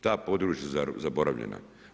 Ta područja su zaboravljena.